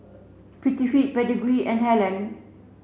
Prettyfit Pedigree and Helen